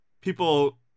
people